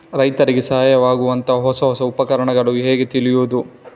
ರೈತರಿಗೆ ಸಹಾಯವಾಗುವಂತಹ ಹೊಸ ಹೊಸ ಉಪಕರಣಗಳನ್ನು ಹೇಗೆ ತಿಳಿಯುವುದು?